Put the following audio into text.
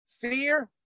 Fear